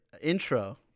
intro